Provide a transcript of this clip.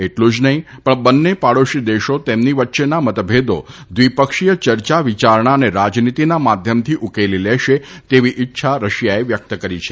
એટલું જ નહિં પણ બંને પાડોશી દેશો તેમની વચ્ચેના મતભેદો દ્વિપક્ષીય ચર્ચા વિયારણા અને રાજનીતીના માધ્યમથી ઉકેલી લેશે તેવી ઇચ્છા રશિયાએ વ્યક્ત કરી છે